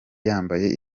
yambaye